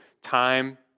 time